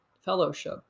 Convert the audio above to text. fellowship